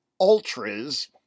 ultras